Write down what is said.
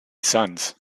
sons